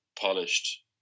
polished